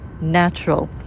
natural